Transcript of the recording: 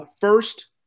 first